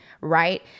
right